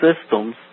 systems